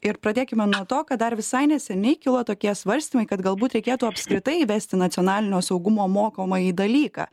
ir pradėkime nuo to kad dar visai neseniai kilo tokie svarstymai kad galbūt reikėtų apskritai įvesti nacionalinio saugumo mokomąjį dalyką